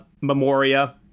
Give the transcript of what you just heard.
memoria